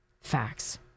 Facts